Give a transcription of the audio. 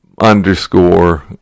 underscore